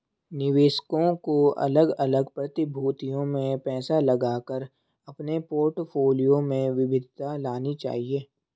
निवेशकों को अलग अलग प्रतिभूतियों में पैसा लगाकर अपने पोर्टफोलियो में विविधता लानी चाहिए